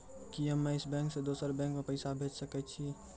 कि हम्मे इस बैंक सें दोसर बैंक मे पैसा भेज सकै छी?